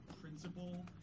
principle